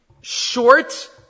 short